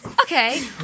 Okay